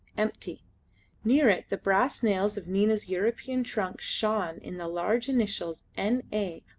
empty near it the brass nails of nina's european trunk shone in the large initials n. a.